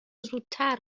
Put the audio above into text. زودتر